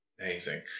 Amazing